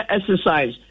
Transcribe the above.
exercise